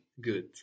Good